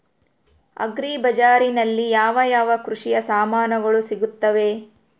Agri ಬಜಾರಿನಲ್ಲಿ ಯಾವ ಯಾವ ಕೃಷಿಯ ಸಾಮಾನುಗಳು ಸಿಗುತ್ತವೆ?